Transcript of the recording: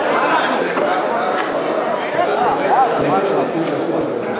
הגדרת הפליה על רקע זהות מגדרית או נטייה מינית),